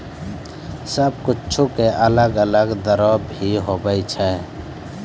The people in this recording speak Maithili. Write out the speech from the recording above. सब कुछु के अलग अलग दरो भी होवै छै